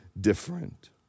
different